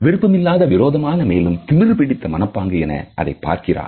விருப்பமில்லாத விரோதமான மேலும் திமிர் பிடித்த மனப்பாங்கு என அதைப் பார்க்கிறார்